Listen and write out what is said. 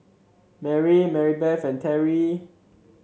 Mary Maribeth and Terrie